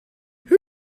who